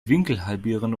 winkelhalbierende